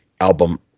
album